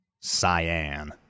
Cyan